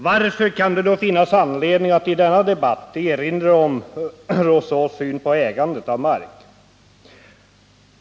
Varför kan det då finnas anledning att i denna debatt erinra om Rousseaus syn på ägandet av mark?